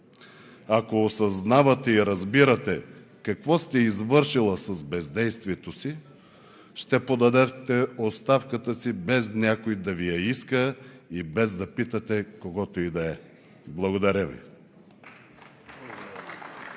Ако осъзнавате и разбирате какво сте извършила с бездействието си, ще подадете оставката си без някой да Ви я иска и без да питате когото и да е. Благодаря Ви.